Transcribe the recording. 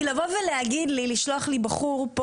לבוא ולשלוח אלי לפה בחור,